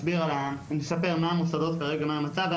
נספר כרגע מה המצב.